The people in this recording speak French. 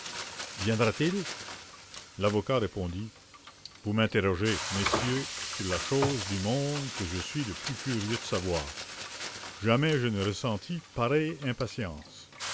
viendra-t-il vous m'interrogez monsieur sur la chose du monde que je suis le plus curieux de savoir jamais je n'ai ressenti pareille impatience